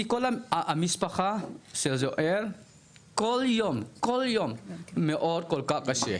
המשפחה של יואל כל יום, כל יום, כל כך קשה.